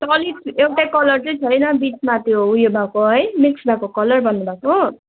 त्यो अलिक एउटै कलर चाहिँ छैन बिचमा त्यो उयो भएको है मिक्स भएको कलर भन्नुभएको